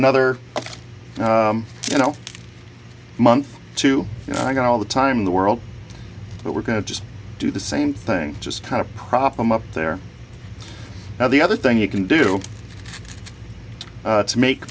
another you know month to go all the time in the world but we're going to just do the same thing just kind of prop i'm up there now the other thing you can do to make